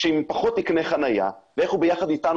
עם פחות תקני חניה ואיך הוא ביחד אתנו